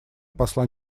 посла